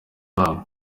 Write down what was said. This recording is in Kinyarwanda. babo